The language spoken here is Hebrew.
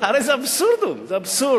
הרי זה אבסורדום, זה אבסורד.